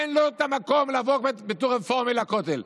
אין לו את המקום לבוא בתור רפורמי לכותל.